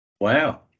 Wow